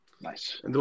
Nice